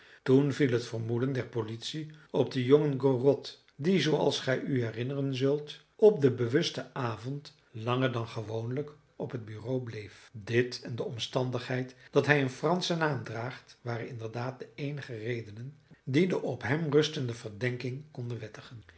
toen viel het vermoeden der politie op den jongen gorot die zooals gij u herinneren zult op den bewusten avond langer dan gewoonlijk op het bureau bleef dit en de omstandigheid dat hij een franschen naam draagt waren inderdaad de eenige redenen die de op hem rustende verdenking konden wettigen